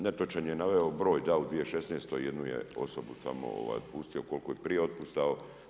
Netočan je naveo broj da u 2016. jednu je osobu samo pustio koliko je prije otpuštao.